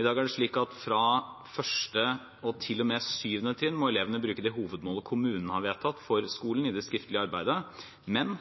I dag er det slik at fra l. til og med 7. trinn må elevene bruke det hovedmålet kommunen har vedtatt for skolen, i det skriftlige arbeidet. Men